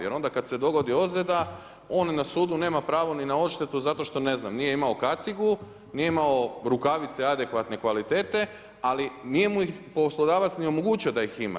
Jer onda kad se dogodi ozljeda, on na sudu nema pravo ni na odštetu zato što ne znam, nije imao kacigu, nije imao rukavice adekvatne kvalitete, ali nije mu ih poslodavac ni omogućio da ih ima.